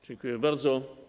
Dziękuję bardzo.